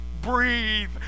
breathe